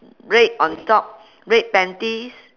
red on top red panties